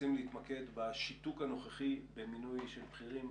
רוצים להתמקד בשיתוק הנוכחי במינוי של בכירים.